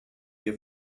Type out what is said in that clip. your